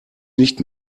nicht